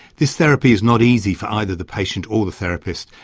this therapy is not easy for either the patient or the therapist,